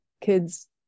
kids